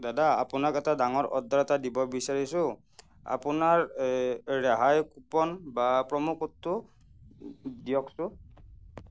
দাদা আপোনাক এটা ডাঙৰ অৰ্ডাৰ এটা দিব বিচাৰিছোঁ আপোনাৰ এই ৰেহাই কুপন বা প্ৰ'মো কোডটো দিয়কচোন